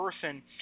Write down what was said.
person